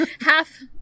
half